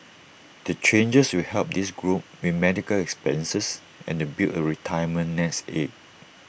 the changes will help this group with medical expenses and to build A retirement nest egg